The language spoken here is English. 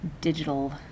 digital